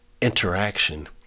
interaction